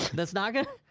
that's not gonna,